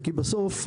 בסוף,